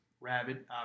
Rabbit